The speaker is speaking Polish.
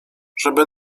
żeby